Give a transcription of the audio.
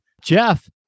Jeff